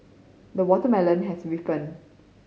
the watermelon has ripened